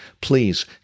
Please